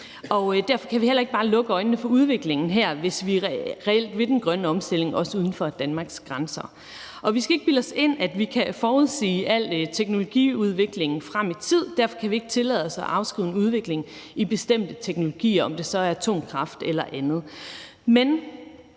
Derfor kan vi heller ikke bare lukke øjnene for udviklingen her, hvis vi reelt vil den grønne omstilling, også uden for Danmarks grænser. Vi skal ikke bilde os ind, at vi kan forudsige al teknologiudvikling frem i tid, og derfor kan vi ikke tillade os at afskrive en udvikling i bestemte teknologier, om det så er atomkraft eller andet.